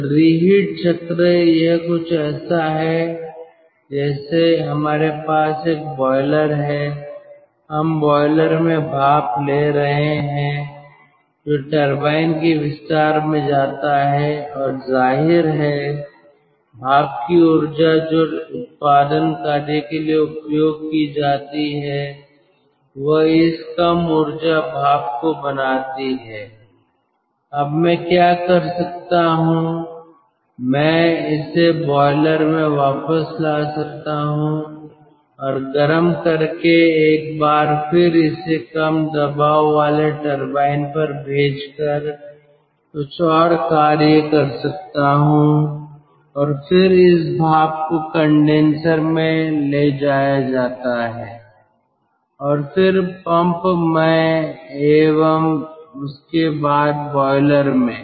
तो रीहीट चक्र यह कुछ ऐसा है जैसे हमारे पास एक बॉयलर है हम बॉयलर में भाप ले रहे हैं जो टरबाइन के विस्तार में जाता है और जाहिर है भाप की ऊर्जा जो उत्पादन कार्य के लिए उपयोग की जाती है वह इस कम ऊर्जा भाप को बनाती है अब मैं क्या कर सकता हूं मैं इसे बॉयलर में वापस ला सकता हूं और गर्म करके एक बार फिर इसे कम दबाव वाले टरबाइन पर भेजकर कुछ और कार्य कर सकता हूं और फिर इस भाप को कंडेनसर में ले जाया जाता है और फिर पंप में एवं उसके बाद बॉयलर में